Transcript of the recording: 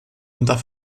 unter